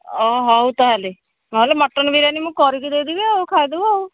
ହଉ ତା'ହେଲେ ନହେଲେ ମଟନ୍ ବିରିୟାନି ମୁଁ କରିକି ଦେଇଦେବି ଆଉ ଖାଇଦବୁ ଆଉ